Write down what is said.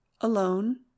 alone